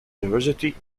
university